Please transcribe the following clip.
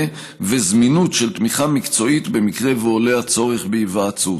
וזמינות של תמיכה מקצועית במקרה שעולה הצורך בהיוועצות.